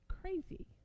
crazy